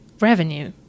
revenue